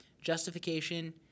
Justification